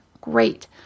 great